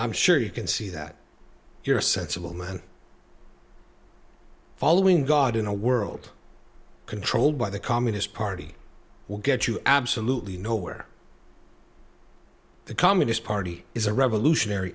i'm sure you can see that you're a sensible man following god in a world controlled by the communist party will get you absolutely nowhere the communist party is a revolutionary